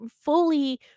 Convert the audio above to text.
fully